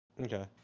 Okay